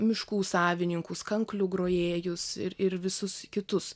miškų savininkus kanklių grojėjus ir ir visus kitus